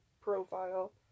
profile